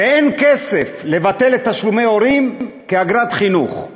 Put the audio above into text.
ואין כסף לבטל את תשלומי ההורים כאגרת חינוך.